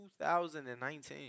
2019